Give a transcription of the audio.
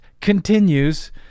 continues